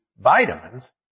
vitamins